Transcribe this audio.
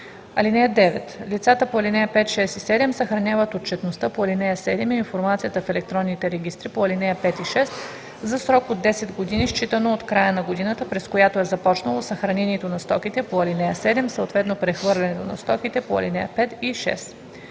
(9) Лицата по ал. 5, 6 и 7 съхраняват отчетността по ал. 7 и информацията в електронните регистри по ал. 5 и 6 за срок от 10 години, считано от края на годината, през която е започнало съхранението на стоките по ал. 7, съответно прехвърлянето на стоките по ал. 5 и 6.“